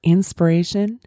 Inspiration